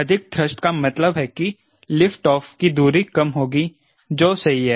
अधिक थ्रस्ट का मतलब है कि लिफ्ट ऑफ की दूरी कम होगी जो सही है